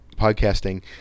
podcasting